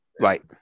Right